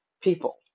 people